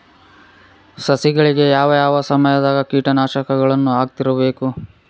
ಸಸಿಗಳಿಗೆ ಯಾವ ಯಾವ ಸಮಯದಾಗ ಕೇಟನಾಶಕಗಳನ್ನು ಹಾಕ್ತಿರಬೇಕು?